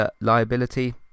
liability